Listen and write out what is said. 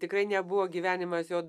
tikrai nebuvo gyvenimas jo